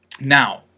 Now